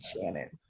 Shannon